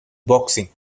boxing